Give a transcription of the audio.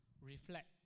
reflect